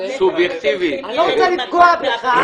אני לא רוצה לפגוע בך,